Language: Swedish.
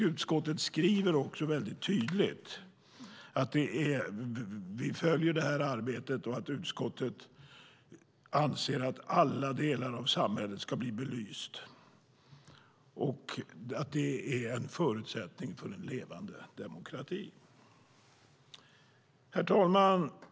Utskottet skriver tydligt att vi följer det här arbetet och att utskottet anser att alla delar av samhället ska bli belysta. Det är en förutsättning för en levande demokrati. Herr talman!